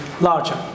larger